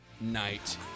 night